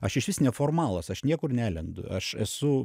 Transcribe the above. aš išvis neformalas aš niekur nelendu aš esu